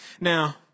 Now